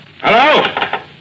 Hello